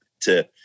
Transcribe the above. to-